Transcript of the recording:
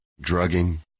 drugging